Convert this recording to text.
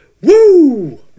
Woo